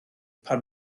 pan